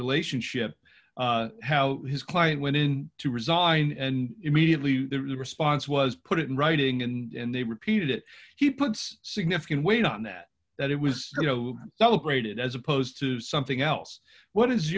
relationship how his client went in to resign and immediately the response was put in writing in the repeated it he puts significant weight on that that it was you know celebrated as opposed to something else what is